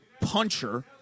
puncher